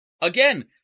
again